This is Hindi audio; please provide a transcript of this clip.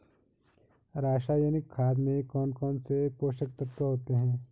रासायनिक खाद में कौन कौन से पोषक तत्व होते हैं?